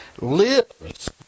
lives